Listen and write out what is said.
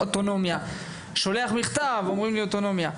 אומרים אוטונומיה; שולח מכתב אומרים לי אוטונומיה.